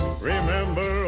Remember